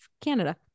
Canada